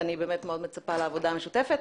אני מצפה מאוד לעבודה משותפת,